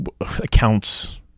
accounts